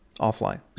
Offline